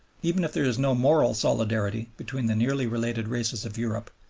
even if there is no moral solidarity between the nearly-related races of europe,